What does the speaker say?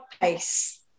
pace